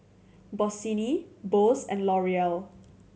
Bossini Bose and L'Oreal